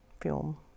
film